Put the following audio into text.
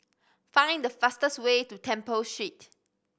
find the fastest way to Temple Street